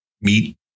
meet